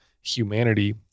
humanity